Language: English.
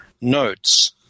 notes